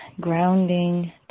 grounding